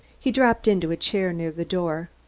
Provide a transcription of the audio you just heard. he dropped into a chair near the door.